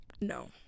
No